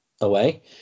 away